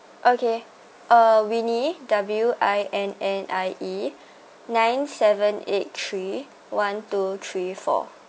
okay uh winnie W I N N I E nine seven eight three one two three four